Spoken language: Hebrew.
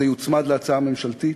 והוא יוצמד להצעה הממשלתית.